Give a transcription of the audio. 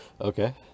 Okay